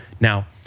Now